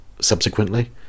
subsequently